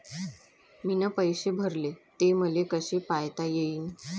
मीन पैसे भरले, ते मले कसे पायता येईन?